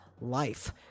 life